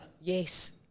Yes